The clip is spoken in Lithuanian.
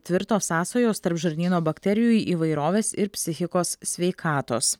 tvirtos sąsajos tarp žarnyno bakterijų įvairovės ir psichikos sveikatos